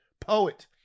poet